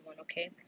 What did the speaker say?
okay